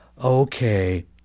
okay